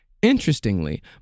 Interestingly